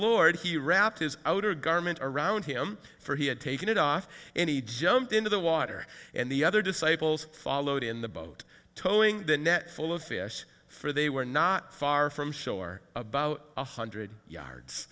lord he wrapped his outer garment around him for he had taken it off and he jumped into the water and the other disciples followed in the boat towing the net full of fish for they were not far from shore about a hundred yards